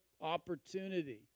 opportunity